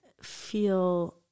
feel